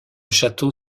château